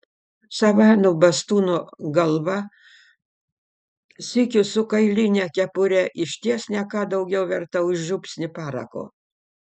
savanų bastūno galva sykiu su kailine kepure išties ne ką daugiau verta už žiupsnį parako